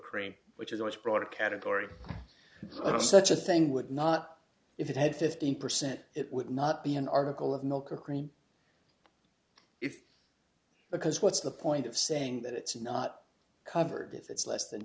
cream which is a much broader category such a thing would not if it had fifteen percent it would not be an article of milk or cream if because what's the point of saying that it's not covered if it's less than